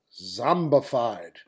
Zombified